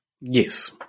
Yes